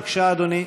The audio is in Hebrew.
בבקשה, אדוני,